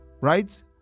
right